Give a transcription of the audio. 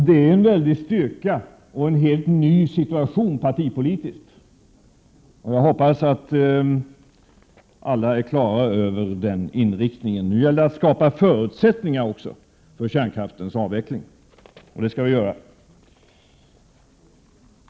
Det är en väldig styrka och en helt ny situation partipolitiskt, och jag hoppas att alla är klara över den inriktningen. Det gäller nu att skapa förutsättningar för kärnkraftens avveckling, och det skall vi göra.